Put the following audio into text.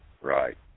Right